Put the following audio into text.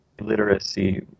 literacy